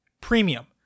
premium